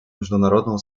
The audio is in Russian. международного